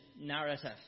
narrative